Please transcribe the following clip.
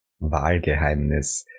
Wahlgeheimnis